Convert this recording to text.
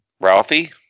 Ralphie